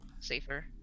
safer